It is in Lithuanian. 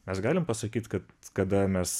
mes galim pasakyt kad kada mes